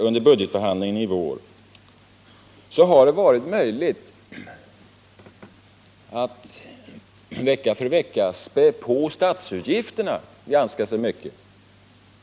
Under budgetbehandlingen här i vår har det varit möjligt att vecka för vecka späda på statsutgifterna ganska mycket. Det ligger något motsägelsefullt i detta.